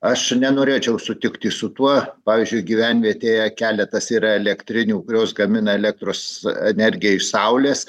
aš čia nenorėčiau sutikti su tuo pavyzdžiui gyvenvietėje keletas yra elektrinių kurios gamina elektros energiją iš saulės